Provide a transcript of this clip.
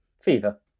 Fever